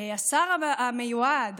השר המיועד,